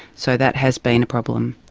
so that has been a problem.